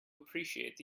appreciate